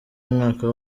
umwaka